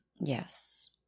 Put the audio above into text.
Yes